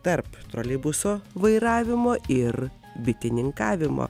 tarp troleibuso vairavimo ir bitininkavimo